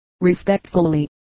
Respectfully